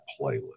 playlist